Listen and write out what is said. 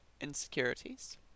insecurities